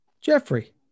Jeffrey